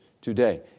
today